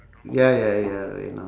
ya ya ya wait ah